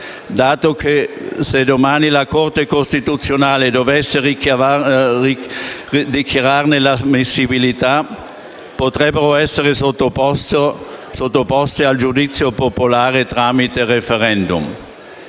dato che se domani la Corte costituzionale dovesse dichiararne 1'ammissibilità, potrebbero essere sottoposte al giudizio popolare tramite *referendum*.